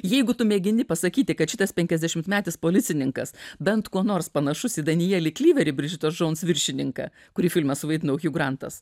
jeigu tu mėgini pasakyti kad šitas penkiasdešimtmetis policininkas bent kuo nors panašus į danielį klyverį bridžitos dons viršininką kurį filme suvaidino grantas